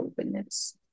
openness